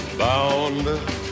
Bound